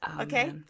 Okay